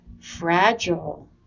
fragile